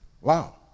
Wow